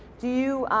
do you